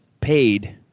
paid